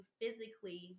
physically